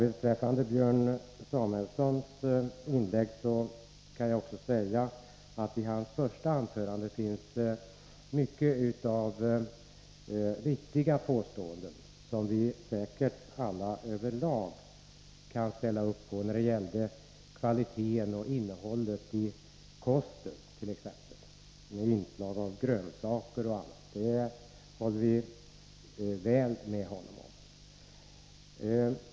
Beträffande Björn Samuelsons inlägg vill jag säga att det i hans första anförande finns många riktiga påståenden som vi säkert alla över lag kan ställa oss bakom, t.ex. när det gäller kvaliteten och innehållet i kosten med inslag av grönsaker och annat. På den punkten håller vi med honom.